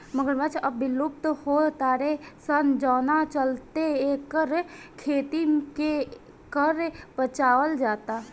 मगरमच्छ अब विलुप्त हो तारे सन जवना चलते एकर खेती के कर बचावल जाता